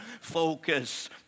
focus